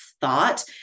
thought